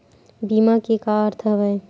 बीमा के का अर्थ हवय?